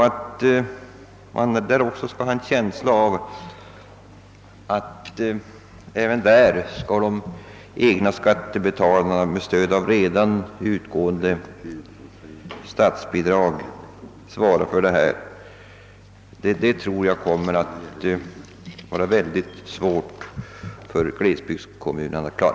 Skulle dessutom dessa kommuner med hjälp endast av redan utgående statsbidrag åläggas att svara för behövliga åtgärder, tror jag att de kommer att få mycket stora svårigheter.